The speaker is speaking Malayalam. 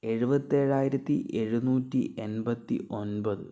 എഴുപത്തേഴായിരത്തി എഴുന്നൂറ്റി എൺപത്തി ഒമ്പത്